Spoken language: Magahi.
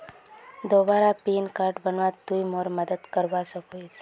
दोबारा पिन कोड बनवात तुई मोर मदद करवा सकोहिस?